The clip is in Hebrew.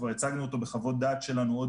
כבר הצגנו אותו בחוות דעת עוד שלנו עוד